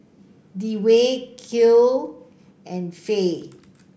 Dewey Kiel and Fae